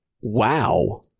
Wow